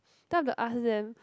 then I have to like ask them